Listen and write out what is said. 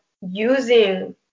using